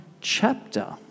chapter